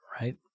right